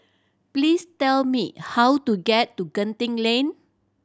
please tell me how to get to Genting Lane